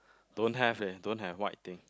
don't have leh don't have white thing